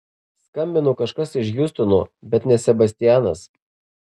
skambino kažkas iš hjustono bet ne sebastianas